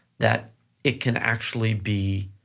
that it can actually be,